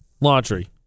laundry